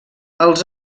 els